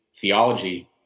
theology